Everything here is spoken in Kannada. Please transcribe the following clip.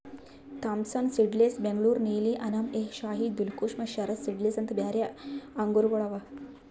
ಥಾಂಪ್ಸನ್ ಸೀಡ್ಲೆಸ್, ಬೆಂಗಳೂರು ನೀಲಿ, ಅನಾಬ್ ಎ ಶಾಹಿ, ದಿಲ್ಖುಷ ಮತ್ತ ಶರದ್ ಸೀಡ್ಲೆಸ್ ಅಂತ್ ಬ್ಯಾರೆ ಆಂಗೂರಗೊಳ್ ಅವಾ